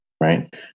right